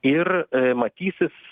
ir matysis